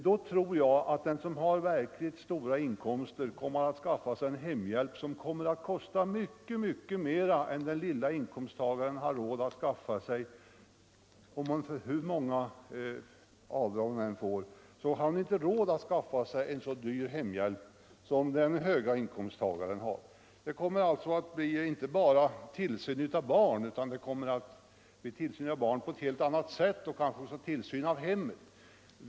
Då tror jag att den som har verkligt stora inkomster kommer att skaffa sig en hemhjälp som kostar mycket, mycket mer än den lilla inkomsttagaren har råd med; hur många avdrag hon än får har hon inte råd att skaffa sig en så dyr hemhjälp. Det kommer alltså att bli inte bara tillsyn av barn utan tillsyn av barn på ett helt annat sätt och kanske tillsyn av hemmet.